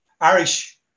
Irish